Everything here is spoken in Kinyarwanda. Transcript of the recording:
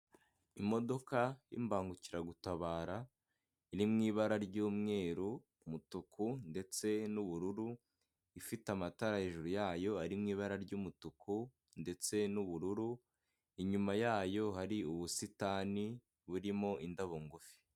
Imodoka y'imbangukiragutabara iri mu ibara ry'umweru, umutuku ndetse n'ubururu, ifite amatara hejuru yayo ari mu ibara ry'umutuku ndetse n'ubururu, inyuma yayo hari ubusitani burimo indabo ngufi.